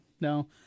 No